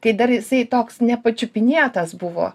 kai dar jisai toks nepačiupinėtas buvo